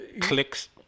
Clicks